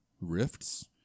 Rifts